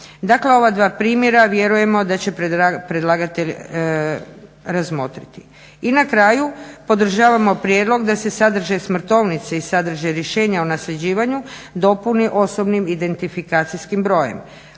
Dakle, ova dva primjera vjerujemo da će predlagatelj razmotriti. I na kraju, podržavamo prijedlog da se sadržaj smrtovnice i sadržaj rješenja o nasljeđivanju dopuni osobnim identifikacijskim brojem.